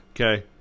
Okay